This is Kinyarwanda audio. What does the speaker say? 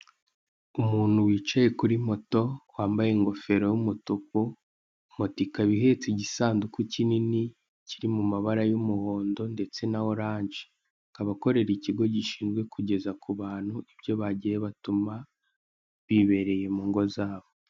Umuntu wicaye kuri moto wambaye ingofero y'umutuku moto ikaba ihetse igisanduku kinini kiri mu mabara y'umuhondo ndetse na oranje akaba akorera ikigo gishinzwe kugeza ku bantu ibyo bagiye batuma bibereye mu ngo zabo.